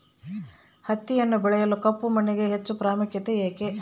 ಹತ್ತಿಯನ್ನು ಬೆಳೆಯಲು ಕಪ್ಪು ಮಣ್ಣಿಗೆ ಹೆಚ್ಚು ಪ್ರಾಮುಖ್ಯತೆ ಏಕೆ?